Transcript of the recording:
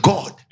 God